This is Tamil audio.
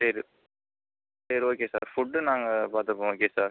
சரி சரி ஓகே சார் ஃபுட்டு நாங்கள் பார்த்துப்போம் ஓகே சார்